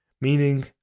meaning